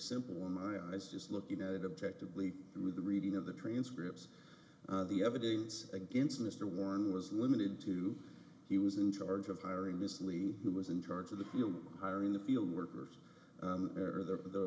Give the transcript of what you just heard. simple in my eyes just looking at it objectively and with the reading of the transcripts the evidence against mr warren was limited to he was in charge of hiring ms lee who was in charge of the field hiring the field workers are the